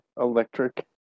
electric